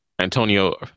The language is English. Antonio